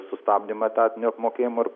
sustabdymą etatinio apmokėjimo ir